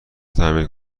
تعمیر